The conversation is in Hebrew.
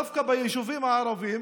דווקא ביישובים הערביים,